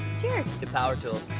cheers. to power tools,